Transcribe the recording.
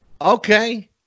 Okay